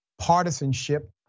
partisanship